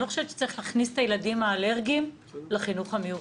אני לא חושבת שצריך להכניס את הילדים האלרגיים לחינוך המיוחד.